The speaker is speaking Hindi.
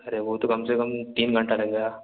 अरे वो तो कम से कम तीन घंटा लगेगा